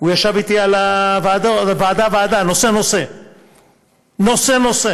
הוא ישב אתי ועדה-ועדה, נושא-נושא, נושא-נושא,